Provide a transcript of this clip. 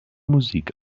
musik